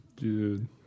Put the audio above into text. Dude